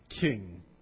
king